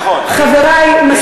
נכון, יש לי יכולת מדהימה.